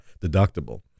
deductible